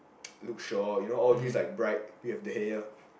Luke-Shaw you know all these like bright we have De Gea